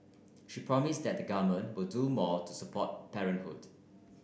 she promised that the government will do more to support parenthood